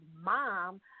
mom